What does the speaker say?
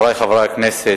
חברי חברי הכנסת,